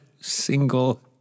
single